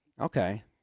Okay